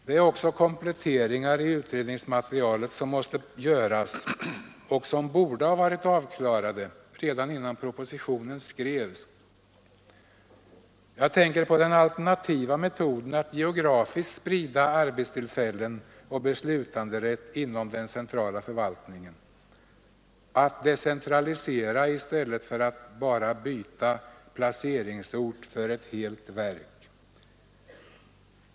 Det är också kompletteringar i utredningsmaterialet som måste göras och som borde ha varit avklarade redan innan propositionen skrevs. Jag tänker på den alternativa metoden att geografiskt sprida arbetstillfällen och beslutanderätt inom den centrala förvaltningen — att decentralisera i stället för att bara byta placeringsort för ett helt verk.